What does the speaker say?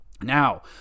Now